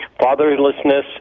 fatherlessness